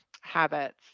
habits